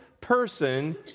person